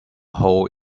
hole